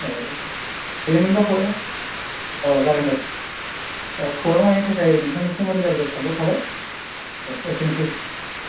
औ औ बेनोमोनबा खौराङा अ जागोन दे औ खौरां लानायनि थाखाय नोंथांनिसिम रोजा रोजा साबायखर थाबाय दे एसेनोसै दे